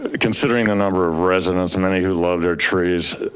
ah considering the number of residents, many who love their trees,